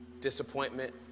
disappointment